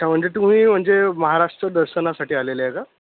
अच्छा म्हणजे तुम्ही म्हणजे महाराष्ट्र दर्शनासाठी आलेले आहे का